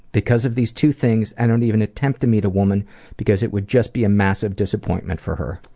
because of these two things, i don't even attempt to meet a woman because it would just be a massive disappointment for her.